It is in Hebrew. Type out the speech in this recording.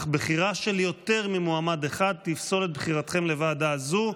אך בחירה של יותר ממועמד אחד תפסול את בחירתכם לוועדה זו.